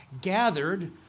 gathered